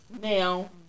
now